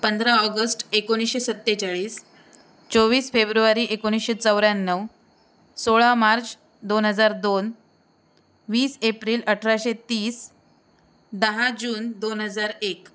पंधरा ऑगस्ट एकोणीसशे सत्तेचाळीस चोवीस फेब्रुवारी एकोणीसशे चौऱ्याण्णव सोळा मार्च दोन हजार दोन वीस एप्रिल अठराशे तीस दहा जून दोन हजार एक